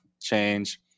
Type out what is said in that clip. change